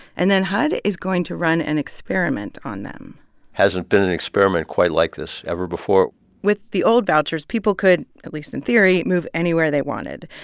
and then hud is going to run an experiment on them hasn't been an experiment quite like this ever before with the old vouchers, people could, at least in theory, move anywhere they wanted.